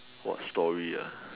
watch story